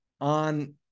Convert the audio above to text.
on